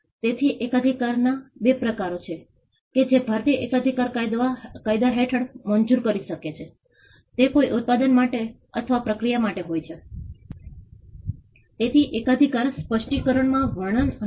લોકોએ G 1 structure બનાવવાનું શરૂ કર્યું જોકે આને મંજૂરી નથી પરંતુ સમુદાયે મંજૂરી આપી કે સમુદાયે જાણ કરી કે ઘણા લોકો હવે રાજીવ ગાંધીનગરમાં G 1 સ્ટ્રક્ચરનું નિર્માણ કરે છે